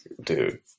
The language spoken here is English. dude